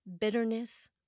bitterness